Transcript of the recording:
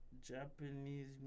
Japanese